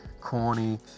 corny